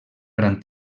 gran